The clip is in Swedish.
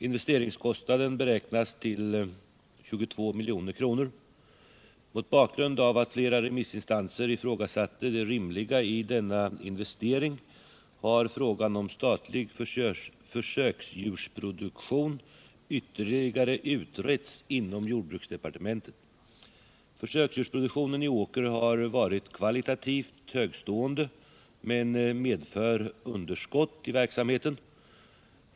Investeringskostnaden beräknades till 22 milj.kr. Mot bakgrund av att flera remissinstanser ifrågasatte det rimliga i denna investering har frågan om statlig försöksdjursproduktion ytterligare utretts inom jordbruksdepartementet. Försöksdjursproduktionen i Åker har varit kvalitativt högtstående men medför underskott i verksamheten.